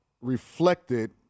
reflected